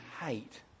hate